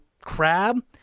crab